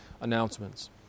announcements